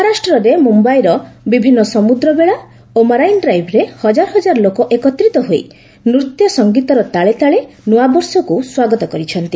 ମହାରାଷ୍ଟ୍ରରେ ମୁମ୍ୟାଇର ବିଭିନ୍ନ ସମୁଦ୍ର ବେଳା ଓ ମରାଇନ୍ ଡ୍ରାଇଭ୍ରେ ହଜାର ହଜାର ଲୋକ ଏକତ୍ରିତ ହୋଇ ନୂତ୍ୟ ସଙ୍ଗୀତର ତାଳେ ତାଳେ ନୂଆବର୍ଷକୁ ସ୍ୱାଗତ କରିଛନ୍ତି